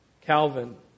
Calvin